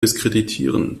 diskreditieren